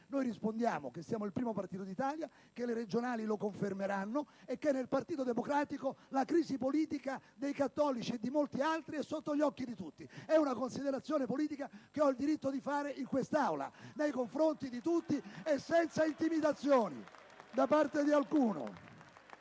Noi rispondiamo che siamo il primo partito d'Italia, che le elezioni regionali lo confermeranno e che nel Partito Democratico la crisi politica dei cattolici e di molti altri è ormai sotto gli occhi di tutti: è una considerazione politica che ho il diritto di fare in quest'Aula, nei confronti di chiunque e senza intimidazioni da parte di alcuno!